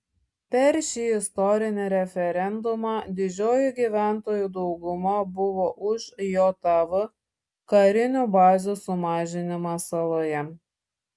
per šį istorinį referendumą didžioji gyventojų dauguma buvo už jav karinių bazių sumažinimą saloje